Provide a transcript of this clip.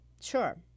Sure